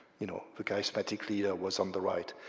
you know the charismatic leader was on the right.